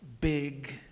big